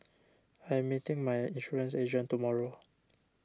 I am meeting my insurance agent tomorrow